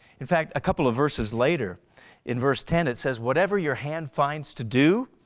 in fact a couple of verses later in verse ten it says whatever your hand finds to do,